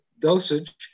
dosage